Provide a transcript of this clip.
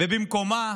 ובמקומה